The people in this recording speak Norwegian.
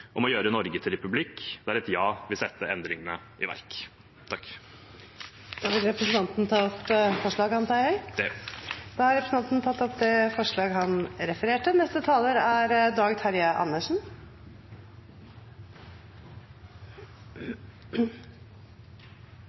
om å gjøre Norge til republikk, der et ja vil sette endringene i verk. Presidenten antar at representanten vil ta opp forslaget. Det vil jeg. Representanten Freddy André Øvstegård har tatt opp det forslaget han refererte